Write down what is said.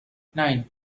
nine